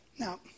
Now